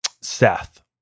Seth